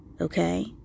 Okay